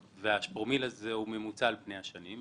וגם הפרומיל הזה הוא ממוצע על פני השנים,